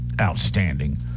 outstanding